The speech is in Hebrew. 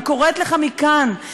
אני קוראת לך מכאן,